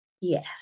Yes